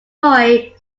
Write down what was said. boy